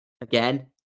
again